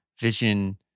vision